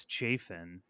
Chafin